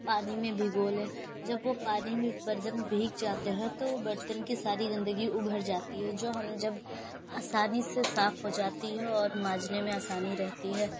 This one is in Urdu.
پانی میں بھگو لیں جب وہ پانی میں برتن بھیگ جاتے ہیں تو برتن کی ساری گندگی ابھر جاتی ہے جو ہم جب آسانی سے صاف ہو جاتی ہے اور مانجنے میں آسانی رہتی ہے